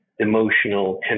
emotional